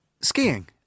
Skiing